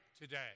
today